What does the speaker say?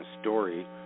story